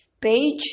Page